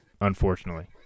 unfortunately